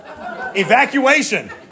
evacuation